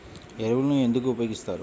ఎరువులను ఎందుకు ఉపయోగిస్తారు?